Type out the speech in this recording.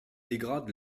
dégrade